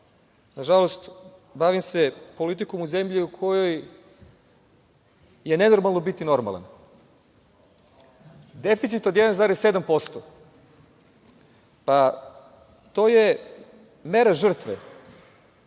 Nažalost, bavim se politikom u zemlji u kojoj je nenormalno biti normalan. Deficit od 1,7%, to je mera žrtve